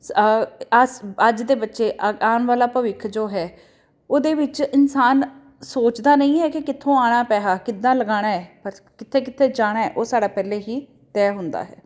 ਅਸ ਅੱਜ ਦੇ ਬੱਚੇ ਆਉਣ ਵਾਲਾ ਭਵਿੱਖ ਜੋ ਹੈ ਉਹਦੇ ਵਿੱਚ ਇਨਸਾਨ ਸੋਚਦਾ ਨਹੀਂ ਹੈ ਕਿ ਕਿੱਥੋਂ ਆਉਣਾ ਪੈਸਾ ਕਿੱਦਾਂ ਲਗਾਉਣਾ ਹੈ ਕਿੱਥੇ ਕਿੱਥੇ ਜਾਣਾ ਹੈ ਉਹ ਸਾਡਾ ਪਹਿਲਾਂ ਹੀ ਤੈਅ ਹੁੰਦਾ ਹੈ